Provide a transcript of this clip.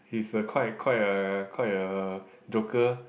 he's a quite quite a quite a joker